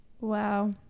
Wow